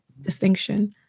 distinction